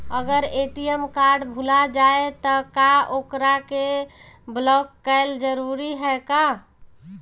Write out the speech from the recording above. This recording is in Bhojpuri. अगर ए.टी.एम कार्ड भूला जाए त का ओकरा के बलौक कैल जरूरी है का?